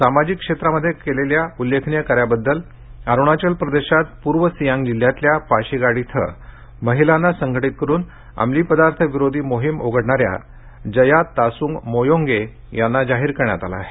सामाजिक क्षेत्रामध्ये केलेल्या उल्लेखनीय कार्याबद्दल अरुणाचल प्रदेशात पूर्व सियांग जिल्ह्यातल्या पाशिघाट इथं महिलांना संघटित करून अमली पदार्थ विरोधी मोहिम उघडणाऱ्या जया तासुंग मोयोंगे यांना जाहीर करण्यात आलेला आहे